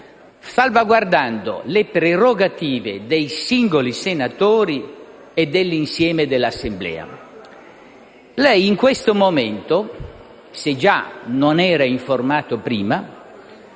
salvaguardando le prerogative dei singoli senatori e dell'insieme dell'Assemblea. Lei in questo momento, se già non era informato prima,